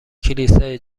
کلیسای